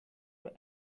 your